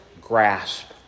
grasp